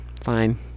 Fine